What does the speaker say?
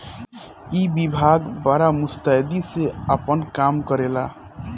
ई विभाग बड़ा मुस्तैदी से आपन काम करेला